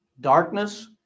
Darkness